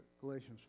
Galatians